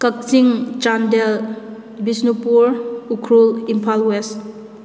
Kakching Chandel Bishnupur Ukhrul Imphal West